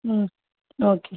ம் ஓகே